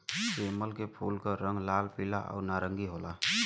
सेमल के फूल क रंग लाल, पीला आउर नारंगी होला